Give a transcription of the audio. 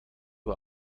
uhr